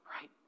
right